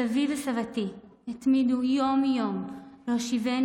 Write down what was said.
סבי וסבתי התמידו יום-יום להושיבני